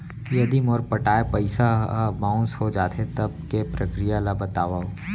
यदि मोर पटाय पइसा ह बाउंस हो जाथे, तब के प्रक्रिया ला बतावव